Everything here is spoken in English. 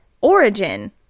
Origin